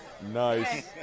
Nice